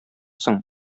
соң